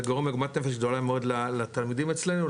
זה גורם לעוגמת נפש גדולה מאוד לתלמידים אצלנו,